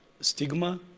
stigma